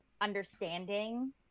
understanding